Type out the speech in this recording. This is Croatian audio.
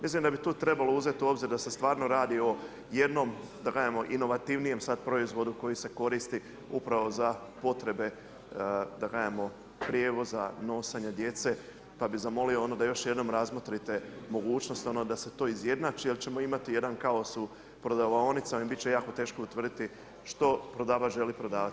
Mislim da bi tu trebalo uzeti u obzir da se stvarno radi o jednom, da kažemo, inovativnijem sada proizvodu, koji se koristi, upravo za potrebe, da kažemo, prijevoza, nosanje djece, pa bi zamolio da još jednom razmotrite, mogućnost da se to izjednači, jer ćemo imati jedan kaos u prodavaonicama i biti će jako teško utvrditi što prodavač želi prodavati.